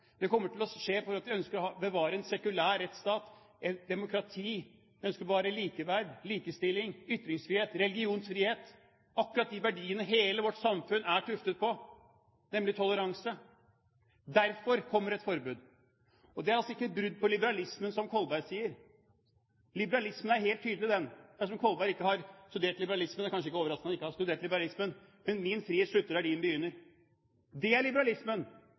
Det kommer også til å skje fordi vi ønsker å bevare en sekulær rettsstat, et demokrati. Vi ønsker å bevare likeverd, likestilling, ytringsfrihet, religionsfrihet – akkurat de verdiene som hele vårt samfunn er tuftet på, nemlig toleranse. Derfor kommer et forbud. Og det er altså ikke et brudd med liberalismen, som Kolberg sier. Liberalismen er helt tydelig. Dersom Kolberg ikke har studert liberalismen, er det kanskje ikke overraskende, men min frihet slutter der hans begynner. Det er liberalismen.